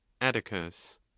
Atticus